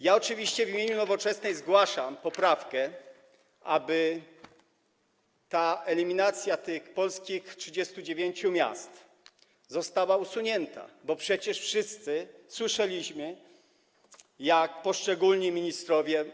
Ja oczywiście w imieniu Nowoczesnej zgłaszam poprawkę, aby eliminacja tych polskich 39 miast została usunięta, bo przecież wszyscy słyszeliśmy, jak poszczególni ministrowie.